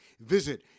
Visit